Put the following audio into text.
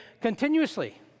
continuously